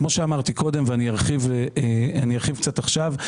כמו שאמרתי קודם ואני ארחיב קצת עכשיו,